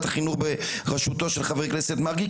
החינוך בראשותו של חבר הכנסת מרגי,